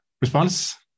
response